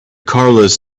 carlos